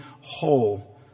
whole